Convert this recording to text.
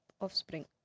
offspring